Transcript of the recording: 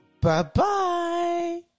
Bye-bye